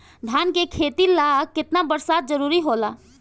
धान के खेती ला केतना बरसात जरूरी होला?